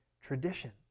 tradition